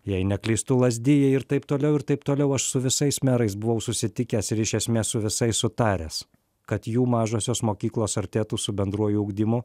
jei neklystu lazdijai ir taip toliau ir taip toliau aš su visais merais buvau susitikęs ir iš esmės su visais sutaręs kad jų mažosios mokyklos artėtų su bendruoju ugdymu